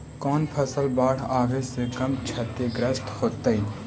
कौन फसल बाढ़ आवे से कम छतिग्रस्त होतइ?